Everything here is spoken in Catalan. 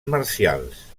marcials